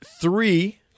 three